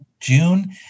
June